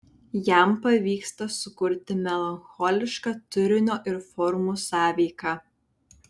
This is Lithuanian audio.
jam pavyksta sukurti melancholišką turinio ir formų sąveiką